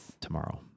tomorrow